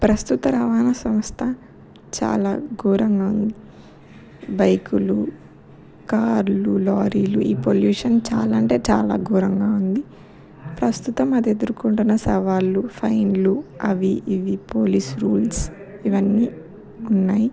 ప్రస్తుత రవాణా సంస్థ చాలా ఘోరంగా ఉంది బైకులు కార్లు లారీలు ఈ పొల్యూషన్ చాలా అంటే చాలా ఘోరంగా ఉంది ప్రస్తుతం అది ఎదుర్కొంటున్న సవాళ్ళు ఫైన్లు అవి ఇవి పోలీస్ రూల్స్ ఇవన్నీ ఉన్నాయి